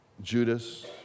Judas